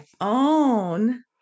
own